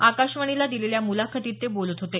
आकाशवाणीला दिलेल्या मुलाखतीत ते काल बोलत होते